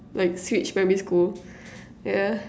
like switch primary school yeah